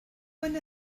went